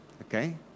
Okay